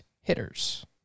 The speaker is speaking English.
hitters